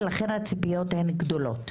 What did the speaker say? ולכן הציפיות הן גדולות.